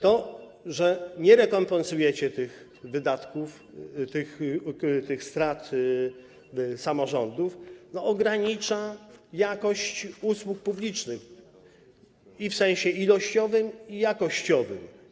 To, że nie rekompensujecie tych wydatków, tych strat samorządów, ogranicza jakość usług publicznych w sensie i ilościowym, i jakościowym.